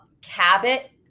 Cabot